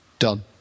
Done